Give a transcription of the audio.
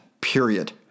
period